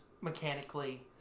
mechanically